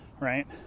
right